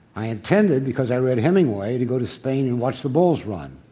i intended, because i read hemingway, to go to spain and watch the bulls run,